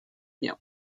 bien